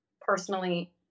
personally